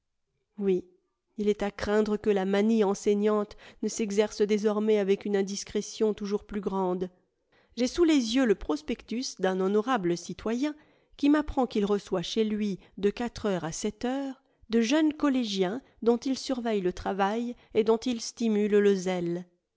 oui il est à craindre que la manie enseignante ne s'exerce désormais avec une indiscrétion toujours plus grande j'ai sous les yeux le prospectus d'un honorable citoyen qui m'apprend qu'il reçoit chez lui de quatre heures à sept heures de jeunes collégiens dont il surveille le travail et dont il stimule le zèle